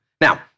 Now